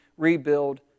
rebuild